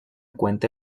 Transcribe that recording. cuente